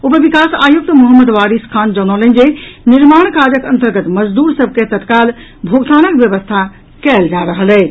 उप विकास आयुक्त मोहम्मद वारिस खान जनौलनि जे निर्माण काजक अन्तर्गत मजदूर सभ के तत्काल भोगतानक व्यवस्था कयल जा रहल अछि